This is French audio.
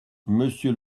monsieur